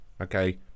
Okay